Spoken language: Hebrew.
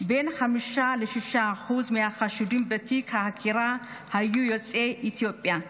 בין 5% ל-6% מהחשודים בתיקי החקירה היו יוצאי אתיופיה,